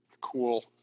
cool